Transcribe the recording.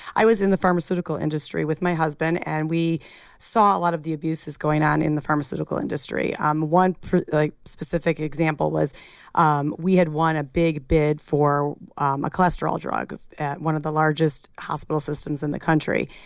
i was in the pharmaceutical industry with my husband and we saw a lot of the abuses going on in the pharmaceutical industry. um one like specific example was um we had won a big bid for um a cholesterol drug at one of the largest hospital systems in the country.